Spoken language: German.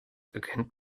erkennt